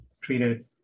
treated